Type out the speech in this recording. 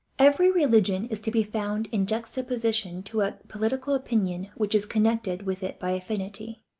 every religion is to be found in juxtaposition to a political opinion which is connected with it by affinity.